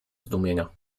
zdumienia